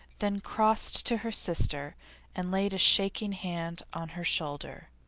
then crossed to her sister and laid a shaking hand on her shoulder.